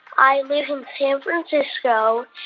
i live in san francisco.